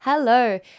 Hello